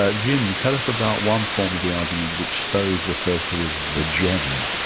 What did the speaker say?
ah jim, tell us about one form of the argument which stove refers to as the gem?